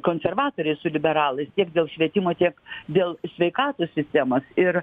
konservatoriai su liberalais tiek dėl švietimo tiek dėl sveikatos sistemos ir